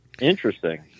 Interesting